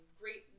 great